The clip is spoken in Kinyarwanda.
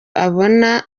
abona